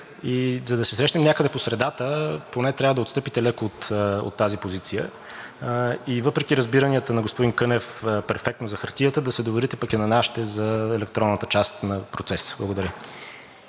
за да се срещнем някъде по средата, поне трябва да отстъпите леко от тази позиция. И въпреки перфектните разбирания на господин Кънев за хартията, да се доверите пък и на нашите за електронната част на процеса. Благодаря.